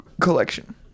collection